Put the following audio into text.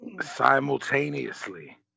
simultaneously